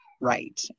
right